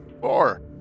Four